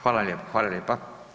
Hvala lijepo, hvala lijepa.